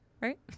right